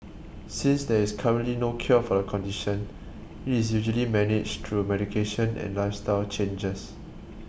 since there is currently no cure for the condition it is usually managed through medication and lifestyle changes